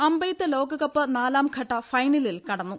അമ്പെയ്ത്ത് ലോകകപ്പ് നാലാം ഘട്ട ഫൈനലിൽ കടന്നു